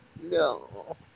No